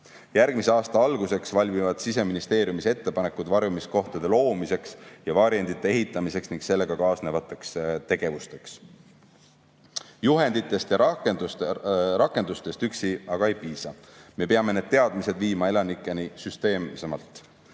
Järgmise aasta alguseks valmivad Siseministeeriumis ettepanekud varjumiskohtade loomiseks ja varjendite ehitamiseks ning sellega kaasnevateks tegevusteks. Juhenditest ja rakendustest üksi aga ei piisa. Me peame need teadmised viima elanikeni süsteemsemalt.